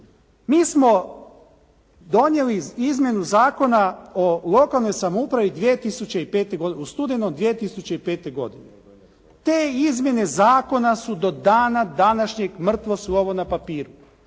Mi smo donijeli izmjenu Zakona o lokalnoj samoupravi 2005. godine, u studenom 2005. godine. Te izmjene zakona su do dana današnjeg mrtvo slovo na papiru,